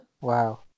wow